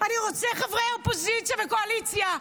אני רוצה חברי אופוזיציה וקואליציה.